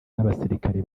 n’abasirikari